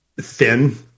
thin